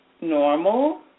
normal